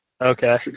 Okay